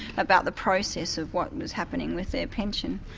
about the process of what was happening with their pension.